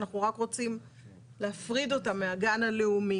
אנחנו רק רוצים להפריד אותם מהגן הלאומי.